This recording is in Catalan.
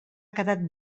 quedat